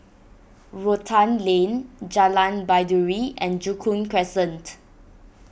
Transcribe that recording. Rotan Lane Jalan Baiduri and Joo Koon Crescent